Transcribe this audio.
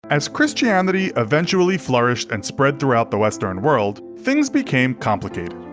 as christianity eventually flourished and spread throughout the western world, things became complicated.